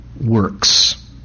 works